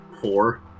Four